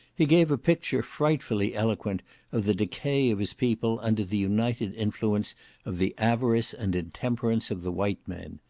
he gave a picture frightfully eloquent of the decay of his people under the united influence of the avarice and intemperance of the white men.